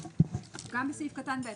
גם בסעיף קטן (ב),